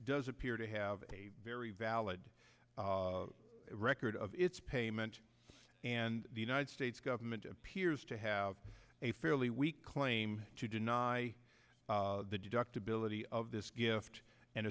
does appear to have a very valid record of its payment and the united states government piers to have a fairly weak claim to deny the deductibility of this gift and